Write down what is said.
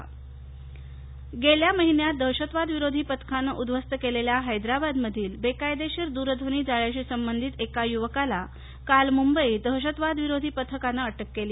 ATS गेल्या महिन्यात दहशतवादविरोधी पथकानं उद्ध्वस्त केलेल्या हैदराबादमधील बेकायदेशीर दुरध्वनी जाळ्याशी संबधित एका युवकाला काल मुंबईत दहशतवादविरोधी पथकानं अ क्रि केली